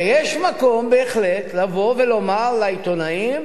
ויש מקום, בהחלט, לבוא ולומר לעיתונאים.